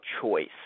choice